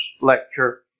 lecture